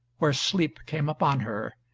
where sleep came upon her,